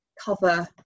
cover